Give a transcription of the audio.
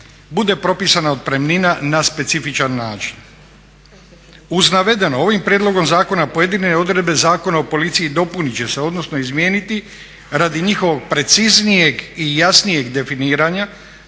bude propisana otpremnina na specifičan način. Uz navedeno, ovim prijedlogom zakona pojedine odredbe Zakona o policiji dopunit će se odnosno izmijeniti radi njihovog preciznijeg i jasnijeg definiranja